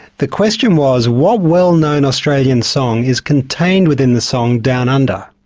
the question was, what well-known australian song is contained within the song downunder?